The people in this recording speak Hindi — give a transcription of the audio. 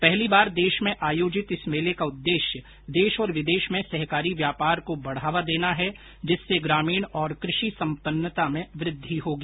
पहली बार देश में आयोजित इस मेले का उद्देश्य देश और विदेश में सहकारी व्यापार को बढ़ावा देना है जिससे ग्रामीण और क्रषि सम्पन्नता में वृद्धि होगी